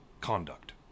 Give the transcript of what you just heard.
conduct